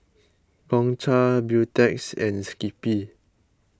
Gongcha Beautex and Skippy